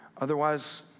Otherwise